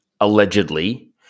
allegedly